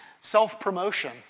Self-promotion